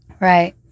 Right